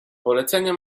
polecenia